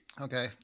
Okay